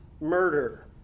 murder